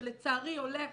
שלצערי הולך